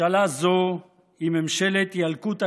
ממשלה זו היא ממשלת ילקוט הכזבים.